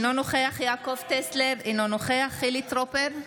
אינו נוכח יעקב טסלר, אינו נוכח חילי טרופר,